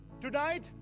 Tonight